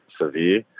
severe